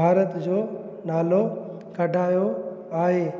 भारत जो नालो कढायो आहे